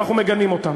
אנחנו מגנים אותן.